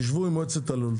שבו עם מועצת הלול,